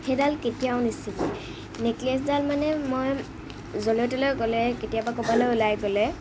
সেইডাল কেতিয়াও নিচিগে নেকলেছডাল মানে মই যলৈ তলৈ গ'লে কেতিয়াবা ক'ৰবালৈ ওলাই গ'লে